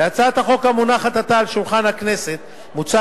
בהצעת החוק המונחת עתה על שולחן הכנסת מוצע